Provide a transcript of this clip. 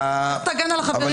לך תגן על החברים שלך המחבלים.